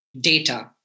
data